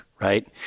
right